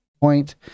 point